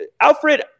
Alfred